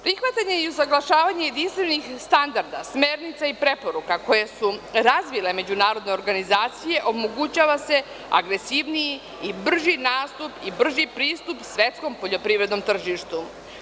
Prihvatanje i usaglašavanje jedinstvenih standarda, smernica i preporuka koje su razvile međunarodne organizacije omogućava agresivniji i brži nastup i brži pristup svetskom poljoprivrednom tržištu.